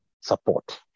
support